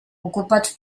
ocupats